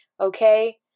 Okay